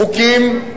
חוקים,